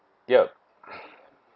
yup